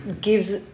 gives